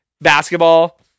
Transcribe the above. Basketball